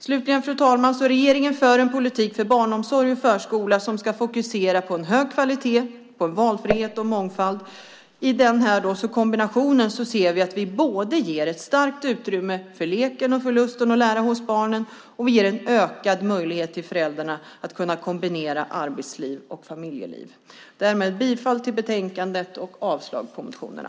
Slutligen vill jag säga att regeringen för en politik för en barnomsorg och en förskola som ska fokusera på hög kvalitet, valfrihet och mångfald. Vi ger ett stort utrymme för leken och för lusten att lära hos barnen, och vi ger en ökad möjlighet för föräldrarna att kombinera arbetsliv och familjeliv. Därmed yrkar jag bifall till förslaget i betänkandet och avslag på motionerna.